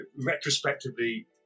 retrospectively